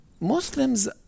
muslims